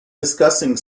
discussing